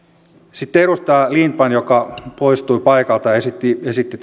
sitten edustaja lindtman joka poistui paikalta esitti esitti